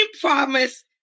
promise